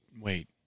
Wait